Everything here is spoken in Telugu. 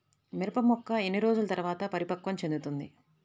మిరప మొక్క ఎన్ని రోజుల తర్వాత పరిపక్వం చెందుతుంది?